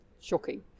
shocking